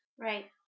Right